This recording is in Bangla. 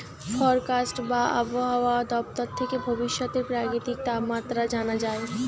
ফরকাস্ট বা আবহায়া দপ্তর থেকে ভবিষ্যতের প্রাকৃতিক তাপমাত্রা জানা যায়